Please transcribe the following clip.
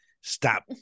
Stop